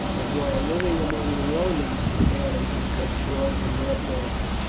as while living among the romans his hair had been cut short in their fashion.